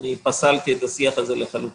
אני פסלתי את השיח הזה לחלוטין.